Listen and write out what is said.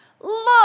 look